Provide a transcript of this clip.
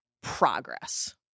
progress